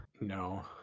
No